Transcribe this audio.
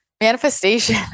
Manifestation